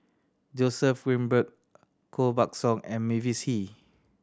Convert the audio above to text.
Joseph Grimberg Koh Buck Song and Mavis Hee